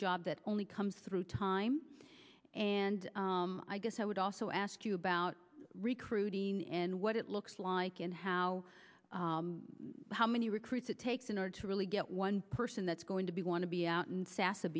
job that only comes through time and i guess i would also ask you about recruiting and what it looks like and how how many recruits it takes in order to really get one person that's going to be want to be out in s